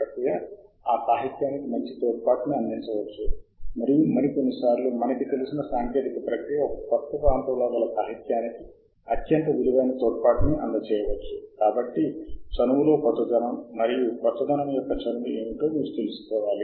కారణం సాహిత్య శోధన మనము చేస్తున్నది మనం మాత్రమే ప్రాప్యత చేయగలిగే ప్రొఫైల్లో నిల్వ చేయాలి తద్వారా మనం ఇంతకుముందు వదిలిపెట్టిన పనికి తిరిగి రావచ్చు అందువల్ల మీరు మీ వినియోగదారు పేరు మరియు పాస్వర్డ్ ఈ రెండు పోర్టల్లలో నమోదు చేసుకోవాలి